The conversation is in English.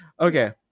Okay